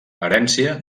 herència